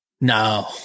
no